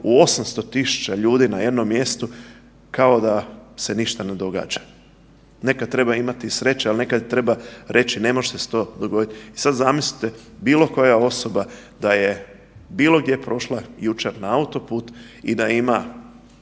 u 800 000 ljudi na jednom mjestu kao da se ništa ne događa. Nekad treba imati i sreće, ali nekad treba reći ne može se to dogoditi. Sad zamislite bilo koja osoba da je bilo gdje prošla jučer na autoput i da ima